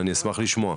אני אשמח לשמוע,